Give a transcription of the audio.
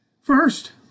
First